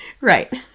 Right